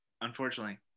unfortunately